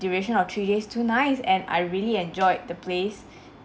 duration of three days two nights and I really enjoyed the place